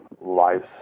lives